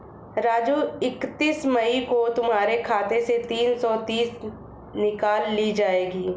राजू इकतीस मई को तुम्हारे खाते से तीन सौ तीस निकाल ली जाएगी